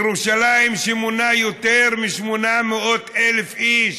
ירושלים שמונה יותר מ-800,000 איש,